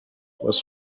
was